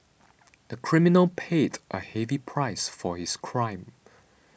the criminal paid a heavy price for his crime